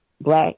black